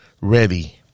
ready